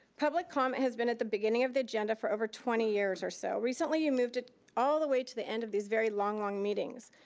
public comment has been at the beginning of the agenda for over twenty years are so. recently you moved it all the way to the end of these very long long meetings.